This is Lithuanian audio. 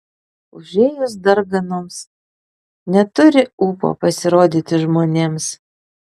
užėjus darganoms neturi ūpo pasirodyti žmonėms